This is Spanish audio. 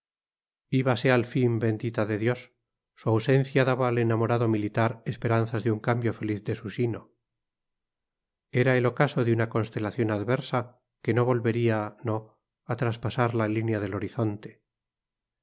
ironía diabólica íbase al fin bendita de dios su ausencia daba al enamorado militar esperanzas de un cambio feliz de su sino era el ocaso de una constelación adversa que no volvería no a traspasar la línea del horizonte